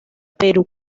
perú